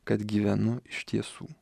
kad gyvenu iš tiesų